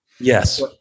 Yes